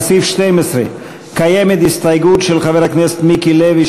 לסעיף 12 קיימת הסתייגות של חבר הכנסת מיקי לוי,